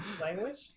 language